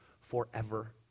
forever